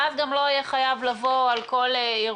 ואז גם לא יהיה חייב לבוא על כל אירוע